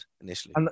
initially